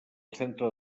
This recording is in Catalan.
centre